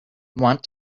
want